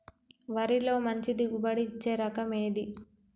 వరిలో మంచి దిగుబడి ఇచ్చే రకం ఏది?